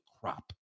crop